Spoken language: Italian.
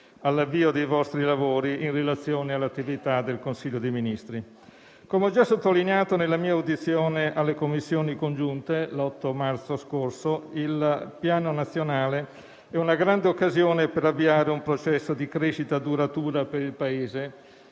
all'avvio dei vostri lavori in relazione all'attività del Consiglio dei Ministri. Come ho già sottolineato nella mia audizione presso le Commissioni congiunte l'8 marzo scorso, il Piano nazionale è una grande occasione per avviare un processo di crescita duratura per il Paese,